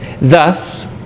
Thus